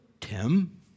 Tim